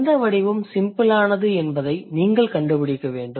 எந்த வடிவம் சிம்பிளானது என்பதை நீங்கள் கண்டுபிடிக்க வேண்டும்